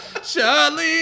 Charlie